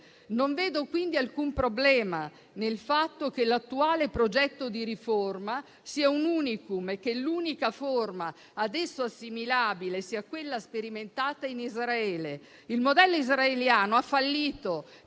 Non vedo, quindi, alcun problema nel fatto che l'attuale progetto di riforma sia un *unicum* e che l'unica forma ad esso assimilabile sia quella sperimentata in Israele. Il modello israeliano ha fallito